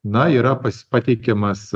na yra pasi pateikiamas